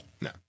No